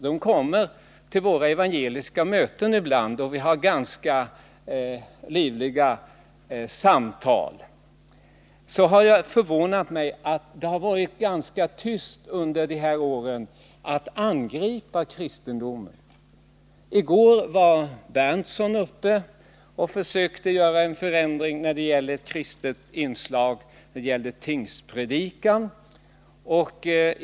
De kommer till våra evangeliska möten ibland, och vi har ganska livliga samtal. Det har förvånat mig att det under dessa år har förekommit så få försök att angripa kristendomen. Men i går försökte Nils Berndtson åstadkomma en förändring när det gällde tingspredikan.